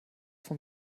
vom